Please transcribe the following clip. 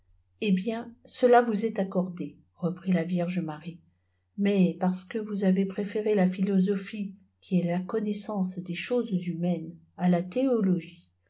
eh bien cela vous est accordé reprit la vierge marie mais parce que vous avez préféré la philosophie qui est la connaissance des choses humaines à la théologie